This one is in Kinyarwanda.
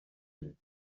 cyorezo